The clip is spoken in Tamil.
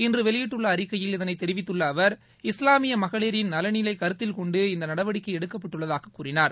இன்று வெளியிட்டுள்ள அறிக்கையில் இதனை தெரிவித்துள்ள அவர் இஸ்லாமிய மகளிரின் நலனைக் கருத்தில்கொண்டும் இந்த நடவடிக்கை எடுக்கப்பட்டுள்ளதாக கூறினார்